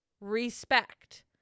respect